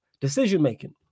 Decision-making